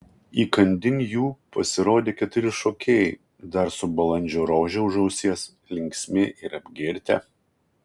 įkandin jų pasirodė keturi šokėjai dar su balandžio rože už ausies linksmi ir apgirtę